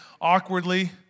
awkwardly